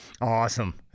Awesome